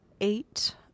Eight